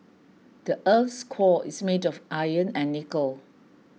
the earth's core is made of iron and nickel